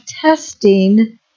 testing